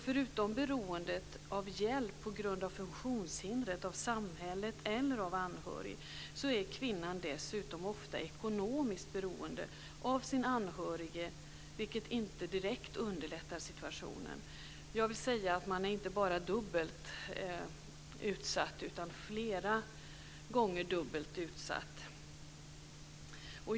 Förutom beroendet av hjälp på grund av funktionshindret - från samhället eller från anhörig - är alltså kvinnan dessutom ofta ekonomiskt beroende av den anhörige, vilket inte direkt underlättar situationen. Jag vill säga att man inte bara är dubbelt utsatt utan flera gånger dubbelt utsatt.